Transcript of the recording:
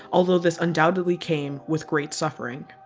although this undoubtedly came with great suffering.